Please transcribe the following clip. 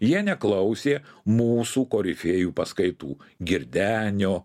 jie neklausė mūsų korifėjų paskaitų girdenio